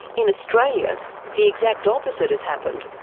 in australia the exact opposite has happened.